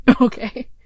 Okay